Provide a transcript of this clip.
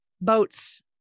boats